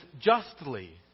justly